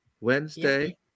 wednesday